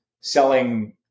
selling